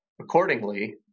accordingly